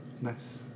Nice